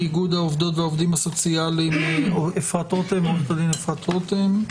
מאיגוד העובדות והעובדים הסוציאליים עו"ד אפרת רותם,